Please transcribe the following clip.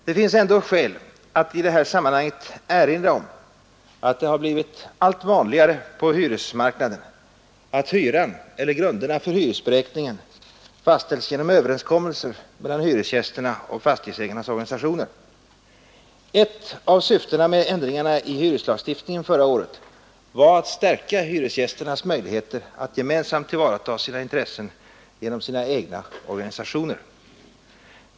Det finns likväl skäl att i detta sammanhang erinra om att det har blivit allt vanligare på hyresmarknaden, att hyran eller grunderna för hyresberäkningen fastställs genom överenskommelser mellan hyresgästernas och fastighetsägarnas organisationer. Ett av syftena med ändringarna i hyreslagstiftningen förra året var att stärka hyresgästernas möjligheter att gemensamt tillvarata sina intressen genom sina egna organisationer.